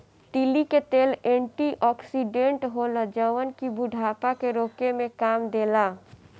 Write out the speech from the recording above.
तीली के तेल एंटी ओक्सिडेंट होला जवन की बुढ़ापा के रोके में काम देला